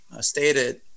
stated